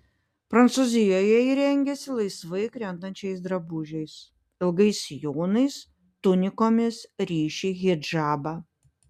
prancūzijoje ji rengiasi laisvai krentančiais drabužiais ilgais sijonais tunikomis ryši hidžabą